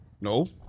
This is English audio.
No